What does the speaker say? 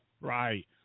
right